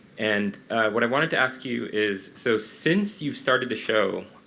and what i wanted to ask you is, so since you started the show,